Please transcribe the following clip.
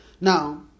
Now